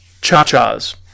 cha-chas